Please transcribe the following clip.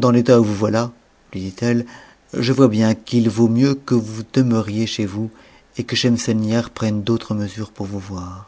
dans l'état où yousvoiià lui dit-elle je vois bien qu'il vaut mieux que vous demeuriez chez vous et que schemseinihar prenne d'autres mesures pour vous voi